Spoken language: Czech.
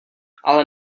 ale